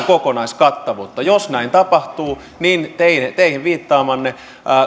kokonaiskattavuutta jos näin tapahtuu niin teidän teidän viittaamallanne